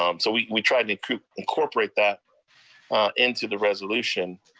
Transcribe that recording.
um so we we tried and to incorporate that into the resolution.